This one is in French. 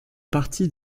partie